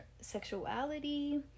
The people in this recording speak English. sexuality